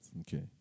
Okay